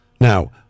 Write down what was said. Now